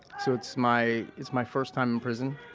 so it's my, it's my first time in prison,